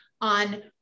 on